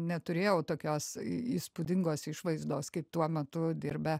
neturėjau tokios įspūdingos išvaizdos kaip tuo metu dirbę